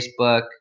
Facebook